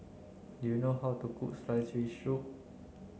do you know how to cook sliced fish soup